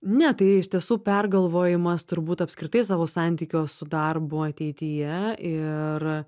ne tai iš tiesų pergalvojimas turbūt apskritai savo santykio su darbu ateityje ir